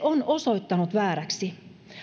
on osoittautunut vääräksi